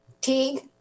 Teague